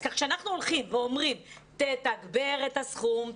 אז כשאנחנו אומרים: ‏תתגבר את הסכום,